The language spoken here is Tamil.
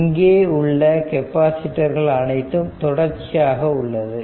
இங்கே உள்ள கெபாசிட்டர்கள் அனைத்தும் தொடர்ச்சியாக உள்ளது